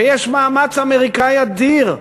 ויש מאמץ אמריקני אדיר,